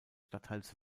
stadtteils